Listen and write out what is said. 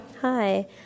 Hi